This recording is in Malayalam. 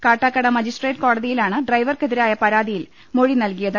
കാട്ടാക്കട മജിസ്ട്രേറ്റ് കോട തിയിലാണ് ഡ്രൈവർക്കെതിരായ പ്രാതിയിൽ മൊഴി നൽകിയത്